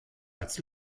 als